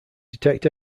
detect